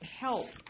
help